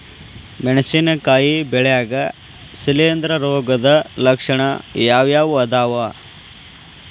ಮೆಣಸಿನಕಾಯಿ ಬೆಳ್ಯಾಗ್ ಶಿಲೇಂಧ್ರ ರೋಗದ ಲಕ್ಷಣ ಯಾವ್ಯಾವ್ ಅದಾವ್?